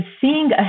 seeing